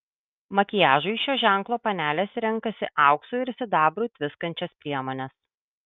makiažui šio ženklo panelės renkasi auksu ir sidabru tviskančias priemones